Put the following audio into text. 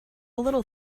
little